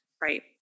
right